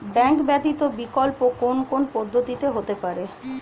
Bank ব্যতীত বিকল্প কোন কোন পদ্ধতিতে হতে পারে?